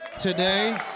today